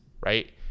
right